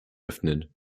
öffnen